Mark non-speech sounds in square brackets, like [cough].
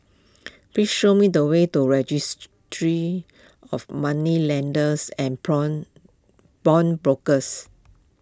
please show me the way to Registry of Moneylenders and [unintelligible] brokers